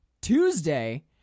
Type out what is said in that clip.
Tuesday